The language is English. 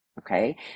Okay